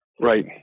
right